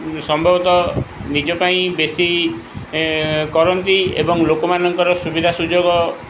ସମ୍ବବତଃ ନିଜ ପାଇଁ ବେଶୀ କରନ୍ତି ଏବଂ ଲୋକମାନଙ୍କର ସୁବିଧା ସୁଯୋଗ